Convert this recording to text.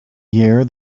year